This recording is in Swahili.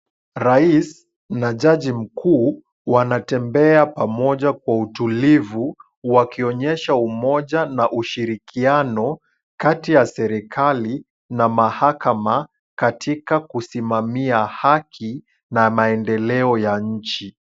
Rais na jaji mkuu wanatembea pamoja kwa utulivu wakionyesha umoja na ushirikiano kati ya serikali na mahakama katika kusimamia haki na maendeleo ya nchi.